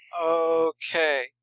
Okay